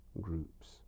groups